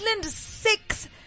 six